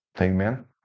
Amen